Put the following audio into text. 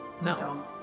No